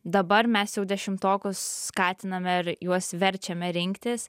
dabar mes jau dešimtokus skatiname ir juos verčiame rinktis